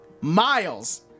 Miles